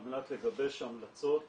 על מנת לגבש המלצות